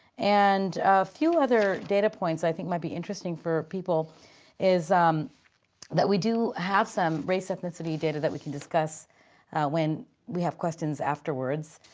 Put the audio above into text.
and few other data points i think might be interesting for people is um that we do have some race ethnicity data that we can discuss when we have questions afterwards.